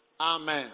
Amen